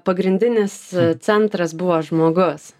pagrindinis centras buvo žmogus